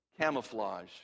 camouflage